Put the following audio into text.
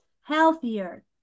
healthier